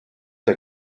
der